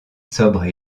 sobre